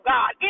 God